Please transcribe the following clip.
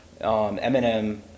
Eminem